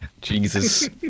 Jesus